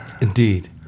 Indeed